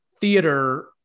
theater